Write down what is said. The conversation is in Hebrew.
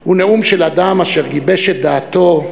הוא נאום של אדם אשר גיבש את דעתו,